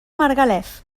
margalef